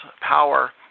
power